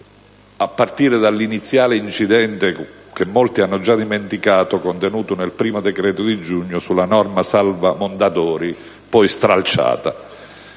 a partire dall'iniziale incidente, che molti hanno già dimenticato, contenuto nel primo decreto di giugno sulla norma "salva Mondadori", poi stralciata,